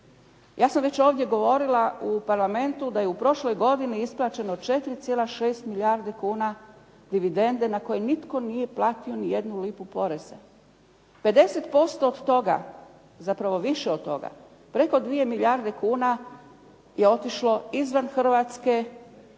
Ja sam već ovdje govorila u parlamentu da je u prošloj godini isplaćeno 4,6 milijardi kuna dividende na koje nitko nije platio ni jednu lipu poreza. 50% od toga, zapravo više od toga preko 2 milijarde kuna je otišlo izvan Hrvatske